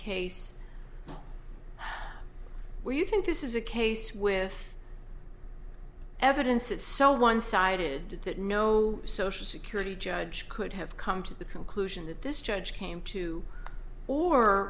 case where you think this is a case with evidence is so one sided that no social security judge could have come to the conclusion that this judge came to or